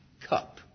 cup